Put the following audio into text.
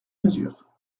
mesure